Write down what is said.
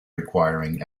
requiring